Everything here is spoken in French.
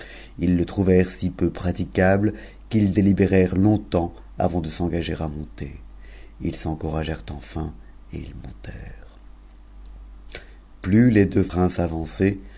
ils je trouvèrent si peu icable qu'ils délibérèrent longtemps avant de s'engager à monter ils encouragèrent enfin et ils montèrent plus les deux